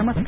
नमस्कार